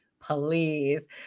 please